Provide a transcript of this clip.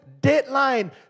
deadline